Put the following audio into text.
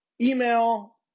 Email